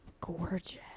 gorgeous